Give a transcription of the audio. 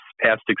past